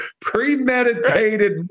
premeditated